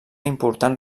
important